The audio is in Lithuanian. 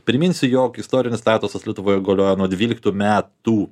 priminsiu jog istorinis statusas lietuvoj galioja nuo dvyliktų metų